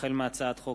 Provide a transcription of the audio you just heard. החל בהצעת חוק